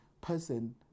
person